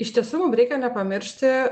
iš tiesų mum reikia nepamiršti